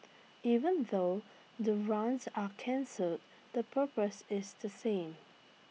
even though the runs are cancelled the purpose is the same